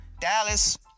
Dallas